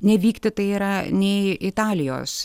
nevykti tai yra nei italijos